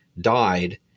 died